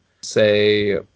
say